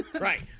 Right